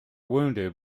wounded